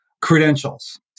Credentials